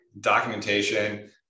documentation